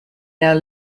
now